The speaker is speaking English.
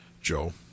Joe